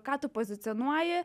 ką tu pozicionuoji